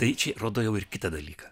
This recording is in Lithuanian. tai čia rodo jau ir kitą dalyką